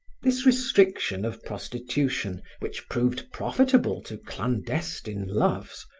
this restriction of prostitution which proved profitable to clandestine loves,